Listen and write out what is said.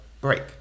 break